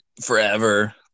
forever